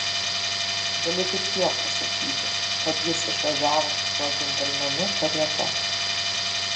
galiu tik tiek pasakyti kad jis išvažiavo su tuo džentelmenu karieta